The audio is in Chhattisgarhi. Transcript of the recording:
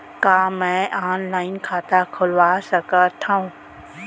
का मैं ऑनलाइन खाता खोलवा सकथव?